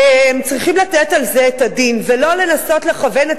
והם צריכים לתת על זה את הדין ולא לנסות לכוון את